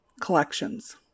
collections